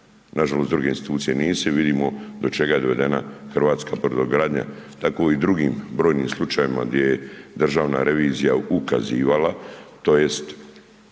nažalost druge institucije nisu i vidimo do čega je dovedena hrvatska brodogradnja. Tako i u drugim brojnim slučajevima gdje je državna revizija ukazivala tj.